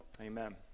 Amen